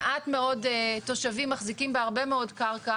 מעט מאוד תושבים מחזיקים בהרבה מאוד קרקע